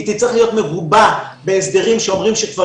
היא תצטרך להיות מגובה בהסדרים שאומרים שכבר